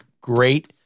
Great